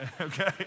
okay